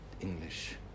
English